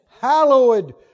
Hallowed